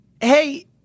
Hey